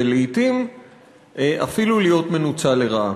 ולעתים אפילו להיות מנוצל לרעה.